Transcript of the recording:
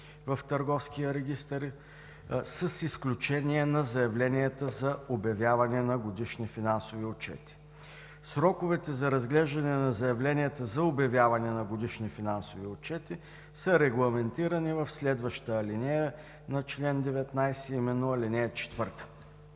с изключение на заявленията за обявяване на годишните финансови отчети. Сроковете за разглеждане на заявленията за обявяване на годишни финансови отчети са регламентирани в следваща алинея на чл. 19 , а